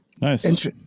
Nice